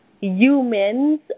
humans